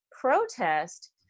protest